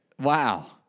Wow